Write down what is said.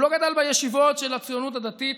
הוא לא גדל בישיבות של הציונות הדתית,